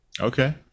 Okay